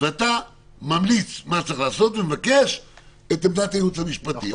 ואתה ממליץ מה צריך לעשות ומבקש את עמדת הייעוץ המשפטי.